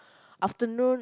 afternoon